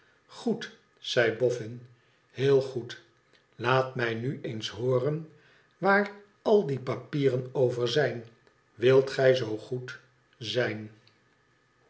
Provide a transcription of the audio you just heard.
goedl zei boffin heel goed laat mij nu eens hooren waar al die papieren over zijn wilt gij zoo goed zijn